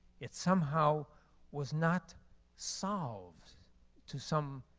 it somehow was not solved to some